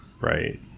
Right